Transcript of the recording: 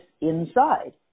inside